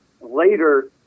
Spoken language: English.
later